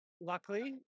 Luckily